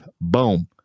boom